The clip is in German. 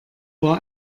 war